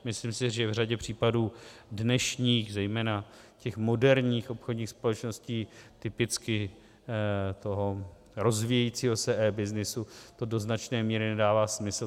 Myslím si, že v řadě případů dnešních, zejména těch moderních obchodních společností, typicky toho rozvíjejícího se ebyznysu, to do značné míry nedává smysl.